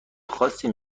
خاصی